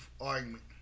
argument